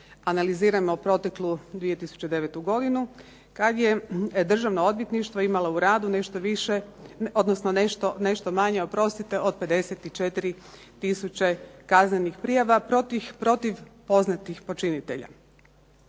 analizirajmo proteklu 2009. godinu kad je Državno odvjetništvo imalo u radu nešto više, odnosno nešto manje, oprostite, od 54000 kaznenih prijava protiv poznatih počinitelja.